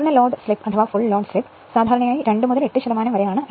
പൂർണ്ണ load slip സാധാരണയായി 2 മുതൽ 8 ശതമാനം വരെയാണ്